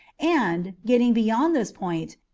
and, getting beyond this point,